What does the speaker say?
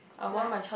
so